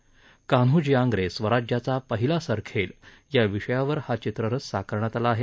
कान्होजी आंग्रे स्वराज्याचा पहिला सरखेल या विषयावर हा चित्ररथ साकारण्यात आला आहे